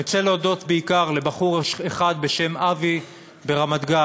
אני רוצה להודות בעיקר לבחור אחד בשם אבי מרמת-גן,